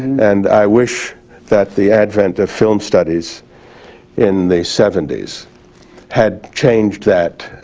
and i wish that the advent of film studies in the seventy s had changed that